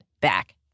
back